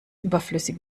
überflüssig